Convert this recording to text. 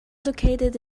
located